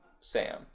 sam